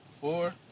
four